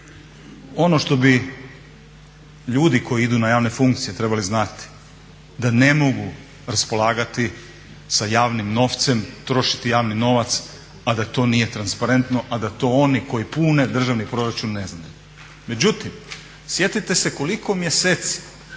ono što bih ljudi koji idu na javne funkcije trebali znati da ne mogu raspolagati sa javnim novcem, trošiti javni novac a da to nije transparentno a da to oni koji pune državni proračun ne znaju.